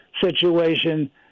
situation